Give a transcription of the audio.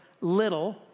little